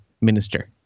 minister